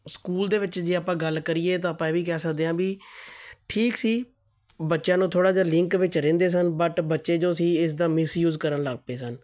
school ਦੇ ਵਿੱਚ ਜੇ ਆਪਾਂ ਗੱਲ ਕਰੀਏ ਤਾਂ ਆਪਾਂ ਇਹ ਵੀ ਕਹਿ ਸਕਦੇ ਹਾਂ ਵੀ ਠੀਕ ਸੀ ਬੱਚਿਆਂ ਨੂੰ ਥੋੜ੍ਹਾ ਜਿਹਾ ਲਿੰਕ ਵਿੱਚ ਰਹਿੰਦੇ ਹਨ ਬਟ ਬੱਚੇ ਜੋ ਸੀ ਇਸ ਦਾ ਮਿਸਯੂਜ ਕਰਨ ਲੱਗ ਪਏ ਸਨ